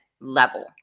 level